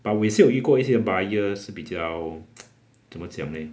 but 我也是有遇过一些 buyers 比较 怎么讲 leh